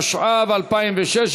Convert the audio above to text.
התשע"ו 2016,